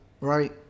right